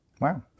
Wow